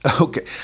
Okay